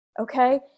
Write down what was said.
okay